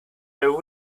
are